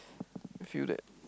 feel that